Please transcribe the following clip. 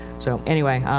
so anyway, um,